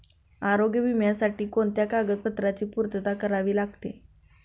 आरोग्य विम्यासाठी कोणत्या कागदपत्रांची पूर्तता करावी लागते?